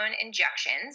injections